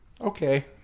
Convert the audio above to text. Okay